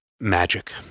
Magic